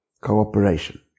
Cooperation